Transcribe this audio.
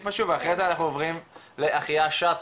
משהו ואחרי זה אנחנו עוברים לאחיה שץ,